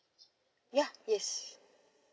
ya yes